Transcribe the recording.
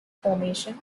formation